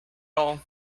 all